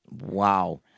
Wow